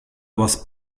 was